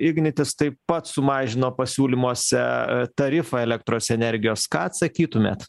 ignitis taip pat sumažino pasiūlymuose tarifą elektros energijos ką atsakytumėt